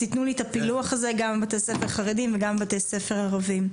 תנו לי את הפילוח הזה גם לגבי בתי ספר חרדים וגם לגבי בתי ספר ערבים.